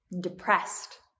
depressed